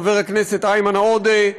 חבר הכנסת איימן עודה: